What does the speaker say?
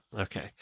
okay